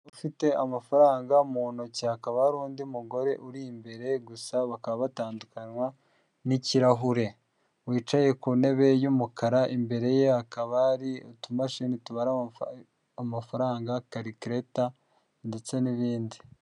Ufite amafaranga mu ntoki hakaba hari undi mugore uri imbere gusa bakaba batandukanywa n'ikirahure, wicaye ku ntebe y'umukara imbere ye hakaba ari utumashini tubara amafaranga karikireta ndetse n'ibindi.